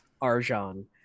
arjan